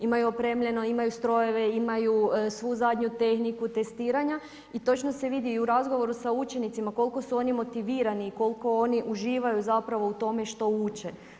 Imaju opremljeno, imaju strojeve, imaju svu zadnju tehniku testiranja i točno se vidi i u razgovoru sa učenicima koliko su oni motivirani i koliko oni uživaju u tome što uče.